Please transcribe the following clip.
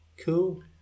Cool